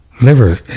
Liver